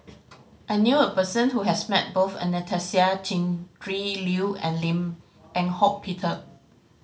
I knew a person who has met both Anastasia Tjendri Liew and Lim Eng Hock Peter